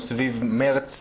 סביב מרץ,